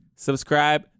Subscribe